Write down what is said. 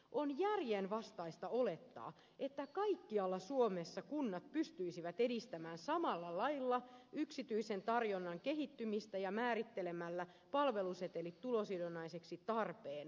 on järjenvastaista olettaa että kaikkialla suomessa kunnat pystyisivät edistämään samalla lailla yksityisen tarjonnan kehittymistä määrittelemällä palvelusetelit tulosidonnaiseksi tarpeen mukaan